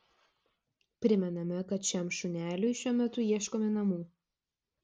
primename kad šiam šuneliui šiuo metu ieškome namų